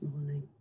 morning